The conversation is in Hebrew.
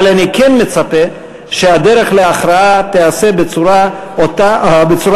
אבל אני כן מצפה שהדרך להכרעה תיעשה בצורה נאותה,